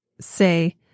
say